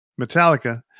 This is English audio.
Metallica